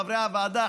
חברי הוועדה,